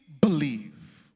believe